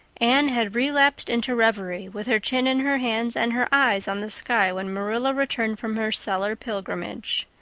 anne had relapsed into reverie, with her chin in her hands and her eyes on the sky, when marilla returned from her cellar pilgrimage.